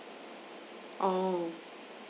oh